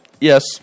Yes